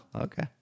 okay